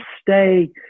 stay